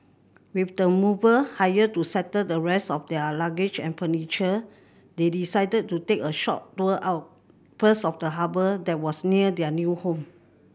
with the mover hired to settle the rest of their luggage and furniture they decided to take a short tour first of the harbour that was near their new home